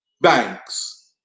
banks